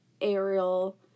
aerial